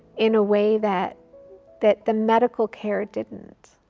in a way that that the medical care didn't.